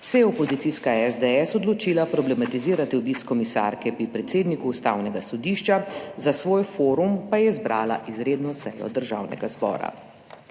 je opozicijska SDS odločila problematizirati obisk komisarke pri predsedniku Ustavnega sodišča, za svoj forum pa je izbrala izredno sejo Državnega zbora.